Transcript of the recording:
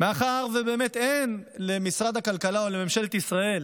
מאחר שבאמת אין למשרד הכלכלה ולממשלת ישראל